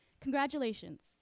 Congratulations